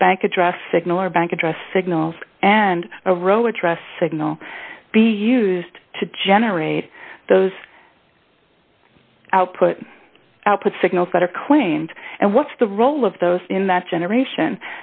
a bank address signal or bank address signals and a row address signal be used to generate those output output signals that are claimed and what's the role of those in that generation